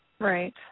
Right